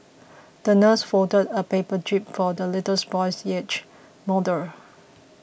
the nurse folded a paper jib for the little boy's yacht model